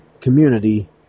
community